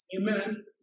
Amen